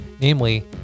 namely